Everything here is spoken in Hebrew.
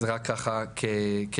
זה רק ככה כדוגמא.